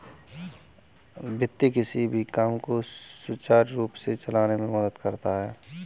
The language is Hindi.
वित्त किसी भी काम को सुचारू रूप से चलाने में मदद करता है